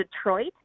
Detroit